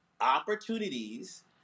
opportunities